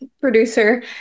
producer